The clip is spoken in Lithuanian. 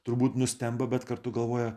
turbūt nustemba bet kartu galvoja